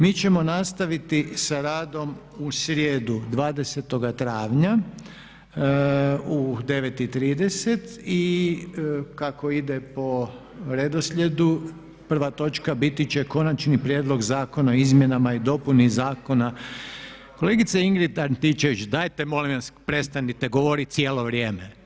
Mi ćemo nastaviti sa radom u srijedu 20. travnja u 9,30 i kako ide po redoslijedu prva točka biti će Konačni prijedlog zakona o izmjenama i dopuni Zakona o … [[Buka u dvorani, ne razumije se.]] Kolegice Ingrid Antičević dajte molim vas prestanite govoriti cijelo vrijeme!